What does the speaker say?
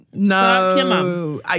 No